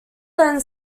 then